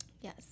Yes